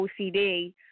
OCD